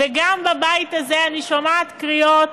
וגם בבית הזה אני שומעת קריאות,